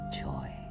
joy